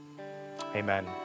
Amen